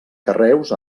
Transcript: carreus